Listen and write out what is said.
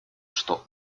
что